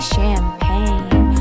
Champagne